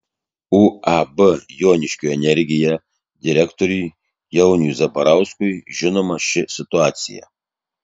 uab joniškio energija direktoriui jauniui zabarauskui žinoma ši situacija